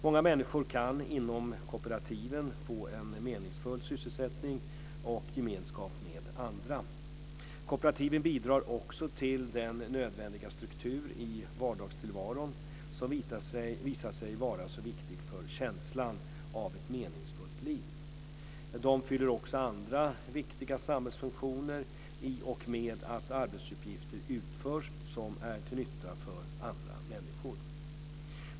Många människor kan inom kooperativen få en meningsfull sysselsättning och gemenskap med andra. Kooperativen bidrar också till den nödvändiga struktur i vardagstillvaron som visat sig vara så viktig för känslan av ett meningsfullt liv. De fyller också andra viktiga samhällsfunktioner i och med att arbetsuppgifter utförs som är till nytta för andra människor.